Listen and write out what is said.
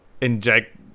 inject